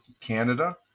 Canada